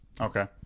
Okay